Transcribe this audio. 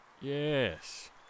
yes